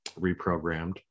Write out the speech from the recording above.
reprogrammed